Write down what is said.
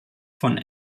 von